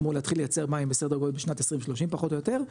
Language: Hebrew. אמור להתחיל לייצר מים בסדר גודל בשנת 2030 פחות או יותר,